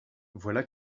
voilà